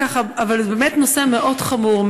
זה באמת נושא מאוד חמור,